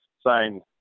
sign